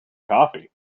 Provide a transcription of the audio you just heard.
coffee